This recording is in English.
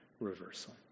reversal